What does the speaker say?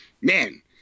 man